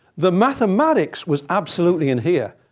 the mathematics was absolutely in here.